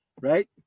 right